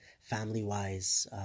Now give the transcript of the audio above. family-wise